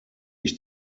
ich